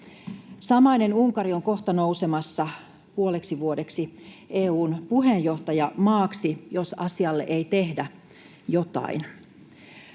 Samainen Unkari on kohta nousemassa puoleksi vuodeksi EU:n puheenjohtajamaaksi, jos asialle ei tehdä jotain.